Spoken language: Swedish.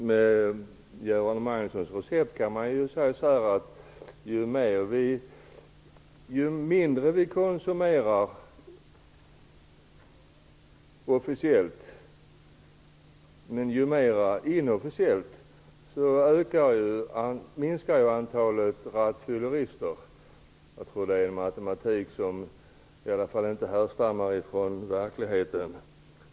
Med Göran Magnussons recept skulle man kunna säga att om vi minskar vår officiella konsumtion men ökar den inofficiella, minskar antalet rattfyllerister. Det är en matematik som inte härstammar från verkligheten.